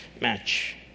match